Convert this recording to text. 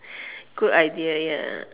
good idea ya